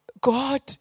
God